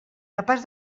capaç